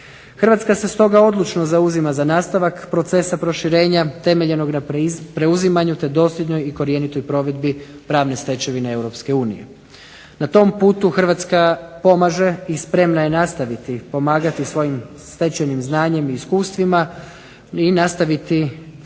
Hrvatska se stoga odlučno zauzima za nastavak procesa proširenje temeljenog na preuzimanju te dosljednoj i korjenitoj provedbi pravne stečevine Europske unije. Na tom putu Hrvatska pomaže i spremna je pomagati svojim stečenim znanjem i iskustvima i nastaviti